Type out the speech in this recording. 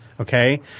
okay